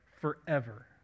forever